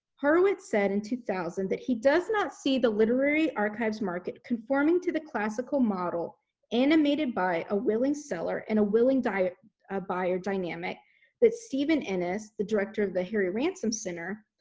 horowitz said in two thousand that he does not see the literary archives market conforming to the classical model animated by a willing seller and a willing buyer ah buyer dynamic that stephen ennis, the director of the harry ransom center,